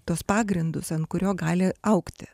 tuos pagrindus ant kurio gali augti